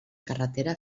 carretera